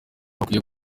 hakwiye